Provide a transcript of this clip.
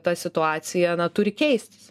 ta situacija turi keistis